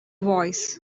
voice